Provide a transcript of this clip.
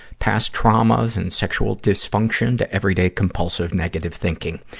past traumas and sexual dysfunction, to everyday, compulsive negative thinking.